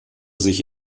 sich